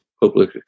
public